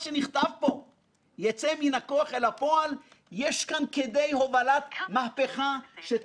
ויואב קיש היה ממובילי העניין והוא ירחיב בדבריו.